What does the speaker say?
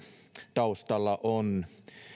taustalla on